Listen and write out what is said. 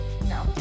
no